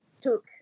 took –